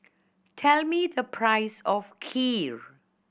tell me the price of Kheer